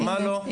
מה לא?